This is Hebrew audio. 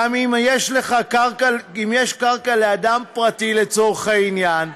גם אם יש קרקע לאדם פרטי, לצורך העניין,